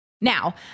Now